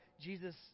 Jesus